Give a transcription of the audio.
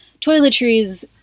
toiletries